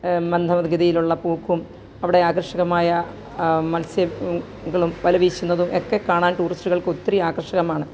മന്ദ ഗതിയിലുള്ള പോക്കും അവിടെ ആകര്ഷകമായ മത്സ്യങ്ങളും വല വീശുന്നതും ഒക്കെ കാണാന് ടൂറിസ്റ്റുകള്ക്ക് ഒത്തിരി ആകര്ഷകമാണ് പിന്നെ